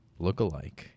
lookalike